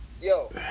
yo